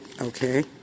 okay